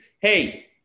Hey